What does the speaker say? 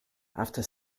after